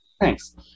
Thanks